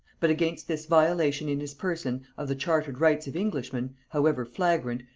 but against this violation in his person of the chartered rights of englishmen, however flagrant,